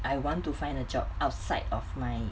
I want to find a job outside of my